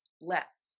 less